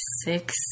six